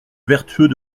vertueux